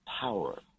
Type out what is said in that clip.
power